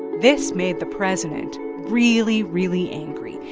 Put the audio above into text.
this made the president really, really angry,